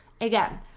Again